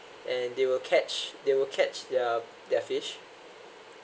and they will catch they will catch their their fish